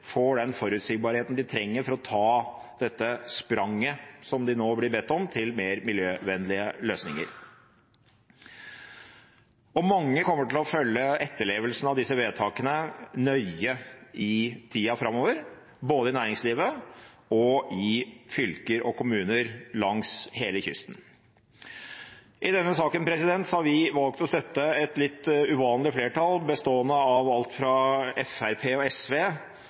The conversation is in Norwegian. får den forutsigbarheten de trenger for å ta det spranget som de nå blir bedt om, til mer miljøvennlige løsninger. Mange kommer til å følge etterlevelsen av disse vedtakene nøye i tida framover, både i næringslivet og i fylker og kommuner langs hele kysten. I denne saken har vi valgt å støtte et litt uvanlig flertall bestående av alt fra Fremskrittspartiet og SV